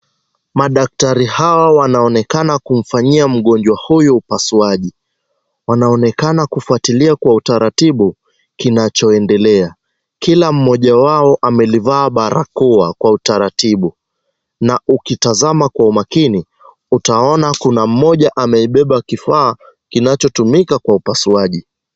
Madaktari hawa wanaonekana kumfanyia mgonjwa huyu upasuaji. Wanaonekana kufuatilia kwa utaratibu kinachoendelea. Kila mmoja wao amelivaa barakoa kwa utaratibi na ukitazama kwa umakini, utaona kuna mmoja ameibeba kifaa, kinachotumika kwa upasuaji.